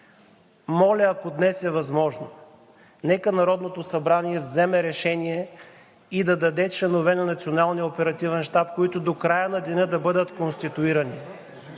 Моля, ако днес е възможно, нека Народното събрание вземе решение и да даде членове на Националния оперативен щаб, които до края на деня да бъдат конституирани.